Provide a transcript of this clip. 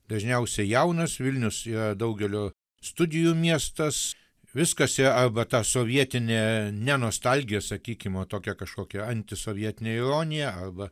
dažniausiai jaunas vilnius yra daugelio studijų miestas viskas yra arba ta sovietinė ne nostalgija sakykim o tokia kažkokia antisovietinė ironija arba